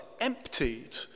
emptied